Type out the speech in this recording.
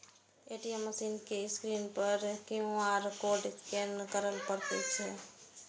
ATM machine के screen पर सं क्यू.आर कोड स्कैन करय पड़तै